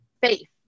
faith